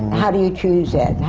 how do you choose